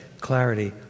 clarity